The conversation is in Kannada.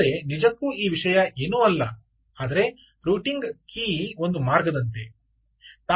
ಆದರೆ ನಿಜಕ್ಕೂ ಈ ವಿಷಯ ಏನೂ ಅಲ್ಲ ಆದರೆ ರೂಟಿಂಗ್ ಕೀಲಿಯೇ ಒಂದು ಮಾರ್ಗದಂತೆ